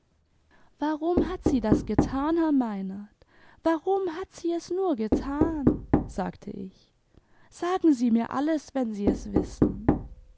wanun hat sie das getan herr meinert warum hat sie es nur getan sagte ich sagen sie mir alles wenn sie es wissen